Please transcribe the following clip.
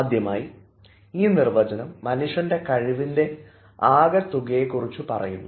ആദ്യമായി ഈ നിർവചനം മനുഷ്യൻറെ കഴിവിൻറെ ആകെത്തുകയെ കുറച്ചു പറയുന്നു